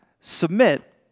submit